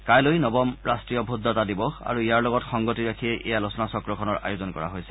কাইলৈ নৱম ৰাষ্ট্ৰীয় ভোটদাতা দিৱস আৰু ইয়াৰ লগত সংগতি ৰাখিয়েই এই আলোচনা চক্ৰখনৰ আয়োজন কৰা হৈছে